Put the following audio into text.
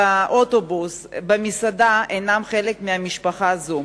באוטובוס או במסעדה אינם חלק מהמשפחה הזאת?